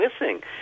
missing